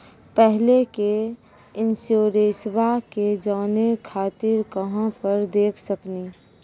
पहले के इंश्योरेंसबा के जाने खातिर कहां पर देख सकनी?